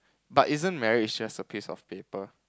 but isn't marriage just a piece of paper